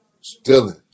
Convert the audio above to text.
stealing